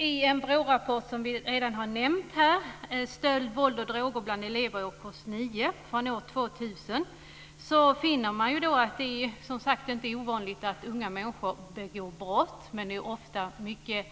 I en Brå-rapport från år 2000 som vi redan har nämnt här, Stöld, våld och droger bland elever i årskurs 9, finner man att det inte är ovanligt att unga människor begår brott. Men det är ofta fråga